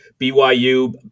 BYU